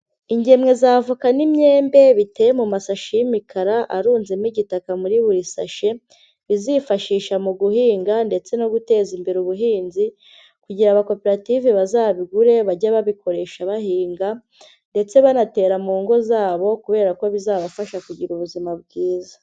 Ingemwe z'avoka n'imyembe biteye mu masashi y'imikara arunzemo igitaka muri buri shahi bizifashishwa mu guhinga ndetse no guteza imbere ubuhinzi, kugira aba koperative bazabigure bajye babikoresha bahinga, ndetse banatera mu ngo zabo kubera ko bizabafasha kugira ubuzima bwiza.